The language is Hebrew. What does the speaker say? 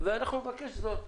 ואנחנו נבקש זאת.